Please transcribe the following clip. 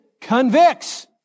convicts